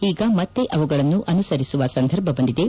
ಈಗ ಮತ್ತೆ ಅವುಗಳನ್ನು ಅನುಸರಿಸುವ ಸಂದರ್ಭ ಬಂದಿದೆ